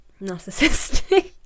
narcissistic